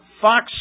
Fox